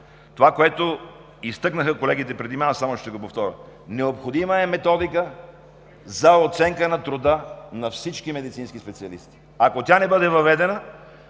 това, което изтъкнаха колегите преди мен, аз само ще го повторя: необходима е методика за оценка на труда на всички медицински специалисти. Ако тя не бъде въведена,